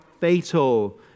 fatal